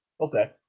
Okay